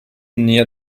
near